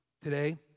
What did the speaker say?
today